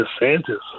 DeSantis